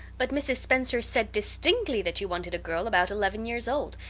but mrs. spencer said distinctly that you wanted a girl about eleven years old.